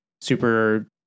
super